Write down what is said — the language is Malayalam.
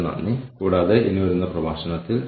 ഈ ലെക്ച്ചറിൽ നിങ്ങൾക്കായി ഇത്രമാത്രം ആണുള്ളത്